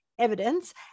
evidence